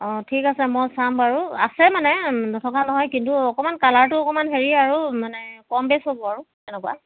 অঁ ঠিক আছে মই চাম বাৰু আছে মানে নথকা নহয় কিন্তু অকণমান কালাৰটো অকণমান হেৰি আৰু মানে কম বেছ হ'ব আৰু তেনেকুৱা